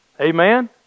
Amen